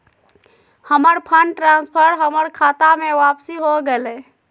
हमर fund transfer हमर खता में वापसी हो गेलय